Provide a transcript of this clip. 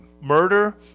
murder